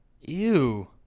Ew